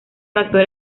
factor